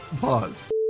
Pause